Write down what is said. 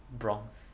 bronx